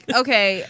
okay